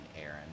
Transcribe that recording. Aaron